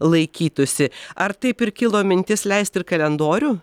laikytųsi ar taip ir kilo mintis leist ir kalendorių